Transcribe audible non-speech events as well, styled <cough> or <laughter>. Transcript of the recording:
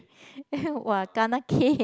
<laughs> !wah! kena cane